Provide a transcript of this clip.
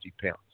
pounds